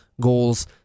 goals